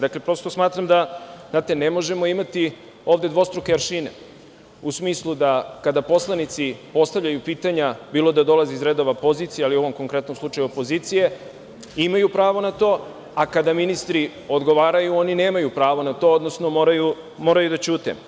Dakle, prosto smatram, znate ne možemo imati ovde dvostruke aršine u smislu da kada poslanici postavljaju pitanja, bilo da dolaze iz redova pozicije, ali u ovom konkretnom slučaju opozicije, imaju pravo na to, a kada ministri odgovaraju, oni nemaju pravo na to, odnosno moraju da ćute.